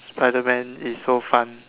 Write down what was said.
spider man is so fun